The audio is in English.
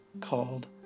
called